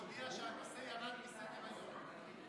תודיע שהנושא ירד מסדר-היום.